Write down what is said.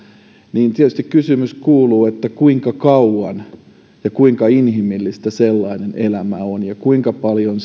ja tietysti kysymys kuuluu kuinka kauan ja kuinka inhimillistä sellainen elämä on ja kuinka paljon